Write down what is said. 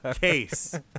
Case